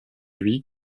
lui